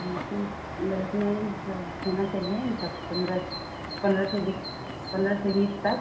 उनतीस का होना चाहिए मतलब पंद्र पंद्रह से बीस पंद्रह से बीस तक